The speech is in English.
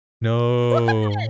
No